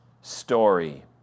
story